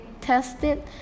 tested